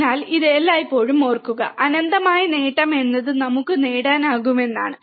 അതിനാൽ ഇത് എല്ലായ്പ്പോഴും ഓർക്കുക അനന്തമായ നേട്ടം എന്നത് നമുക്ക് നേടാനാകുമെന്നാണ്